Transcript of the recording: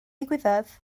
ddigwyddodd